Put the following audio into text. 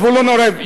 זבולון אורלב,